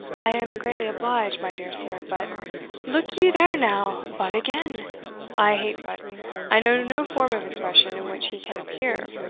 i am greatly obliged, my dear sir, but look ye there, now but again i hate but i know no form of expression in which he can appear,